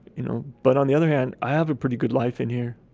you know, but on the other hand, i have a pretty good life in here